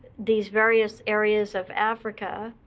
these various areas of africa.